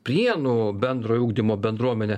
prienų bendrojo ugdymo bendruomenę